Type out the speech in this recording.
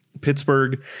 Pittsburgh